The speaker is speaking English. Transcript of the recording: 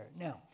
Now